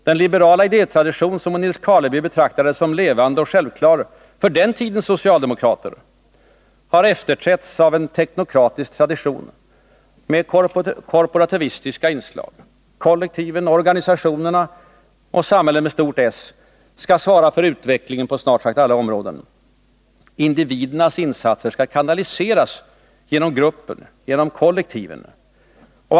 Den liberala idétradition som Nils Karleby betraktade som levande och självklar för den tidens socialdemokrater har efterträtts av en teknokratisk tradition med korporativistiska inslag. Kollektiven, organisationerna och Samhället med stort S skall svara för utvecklingen på snart sagt alla områden. Individernas insats skall kanaliseras genom gruppen, genom kollektiven.